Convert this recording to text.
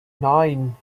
nine